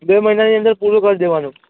બે મહિનાની અંદર પૂરો કરી દેવાનો